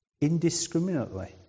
indiscriminately